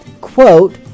quote